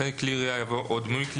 אחרי "כלי הירייה" יבוא "או דמוי כלי